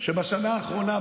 שבשנה האחרונה,